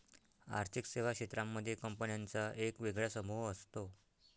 आर्थिक सेवा क्षेत्रांमध्ये कंपन्यांचा एक वेगळा समूह असतो